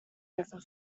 over